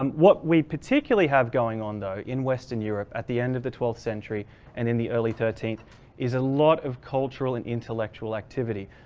um what we particularly have going on though in western europe at the end of the twelfth century and in the early thirteenth is a lot of cultural and intellectual activity.